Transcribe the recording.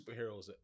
superheroes